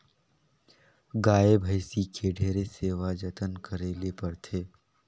गाय, भइसी के ढेरे सेवा जतन करे ले परथे